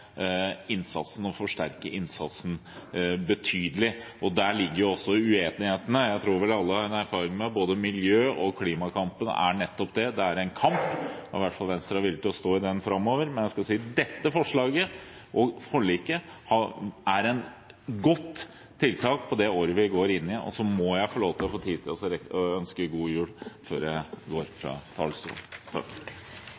innsatsen – og forsterke den betydelig. Der ligger også uenighetene. Jeg tror vel alle har erfaring med at både miljø- og klimakampen er nettopp det: en kamp, og i hvert fall Venstre er villig til å stå i den framover. Men jeg vil si at dette forslaget, og forliket, er et godt tiltak for det året vi går inn i. Og så må jeg få tid til å ønske en god jul før jeg går fra talerstolen.